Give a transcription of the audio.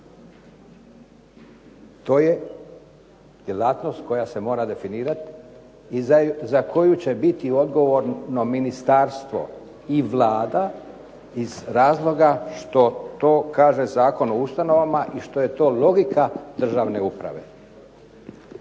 To je djelatnost koja se mora definirati i za koju će biti odgovorno ministarstvo i Vlada iz razloga što to kaže Zakon o ustanovama i što je to logika državne uprave.